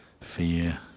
fear